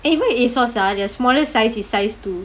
eh why ASOS ah their smallest size is size two